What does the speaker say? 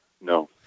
No